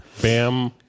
Bam